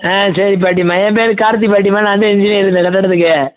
ஆ சரி பாட்டியம்மா ஏன் பேயரு கார்த்தி பாட்டியம்மா நாந்தான் இன்ஜினியரு இந்த கட்டிடத்துக்கு